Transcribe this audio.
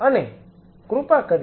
અને કૃપા કરીને